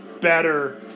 better